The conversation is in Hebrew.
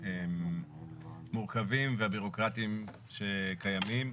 המורכבים והבירוקרטיים שקיימים,